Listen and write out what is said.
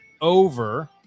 over